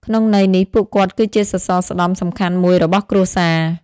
ក្នុងន័យនេះ ពួកគាត់គឺជាសរសរស្តម្ភសំខាន់មួយរបស់គ្រួសារ។